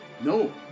No